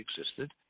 existed